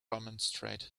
demonstrate